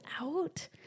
out